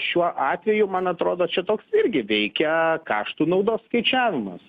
šiuo atveju man atrodo čia toks irgi veikia kaštų naudos skaičiavimas